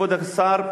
כבוד השר,